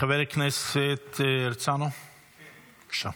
חבר הכנסת הרצנו, בבקשה.